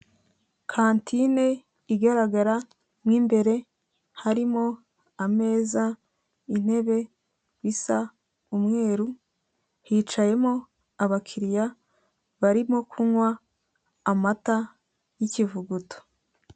Kantine igaragara mo imbere harimo ameza intebe isa umweru, hicayemo abakiriya barimo kunywa amata y'ikivuguto.